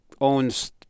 owns